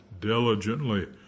diligently